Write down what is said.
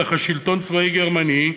תחת שלטון צבאי גרמני,